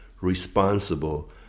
responsible